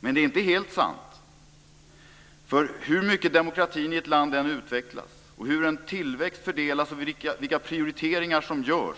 Men det är inte helt sant, för hur mycket demokratin i ett land än utvecklas och hur än tillväxt fördelas och vilka prioriteringar som än görs